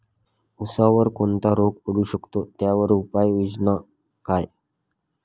ऊसावर कोणता रोग पडू शकतो, त्यावर उपाययोजना काय?